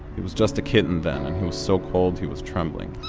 he was just a kitten then and he was so cold he was trembling.